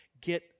get